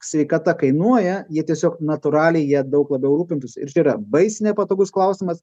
sveikata kainuoja jie tiesiog natūraliai jie daug labiau rūpintųsi ir čia yra baisiai nepatogus klausimas